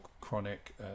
chronic